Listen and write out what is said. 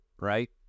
right